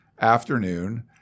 afternoon